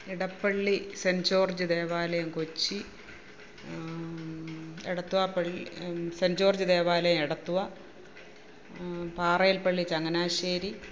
Edappally Saint George ദേവാലയം കൊച്ചി എടത്ത്വാ പള്ളി Saint George ദേവാലയം എടത്ത്വ പാറേൽപള്ളി ചങ്ങനാശ്ശേരി